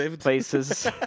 Places